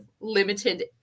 limited